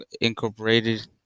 incorporated